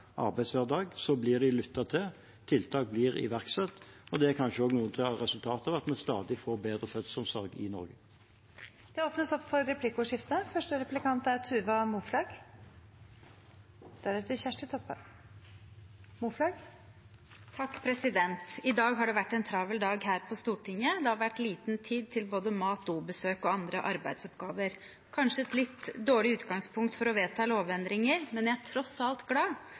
arbeidshverdag, blir de lyttet til og tiltak blir iverksatt, og det er kanskje en av grunnene til at vi stadig får bedre fødselsomsorg i Norge. Det blir replikkordskifte. I dag har det vært en travel dag her på Stortinget, det har vært liten tid til både mat, dobesøk og andre arbeidsoppgaver. Det er kanskje et litt dårlig utgangspunkt for å vedta lovendringer, men jeg er tross alt glad